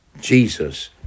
Jesus